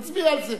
נצביע על זה.